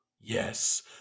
Yes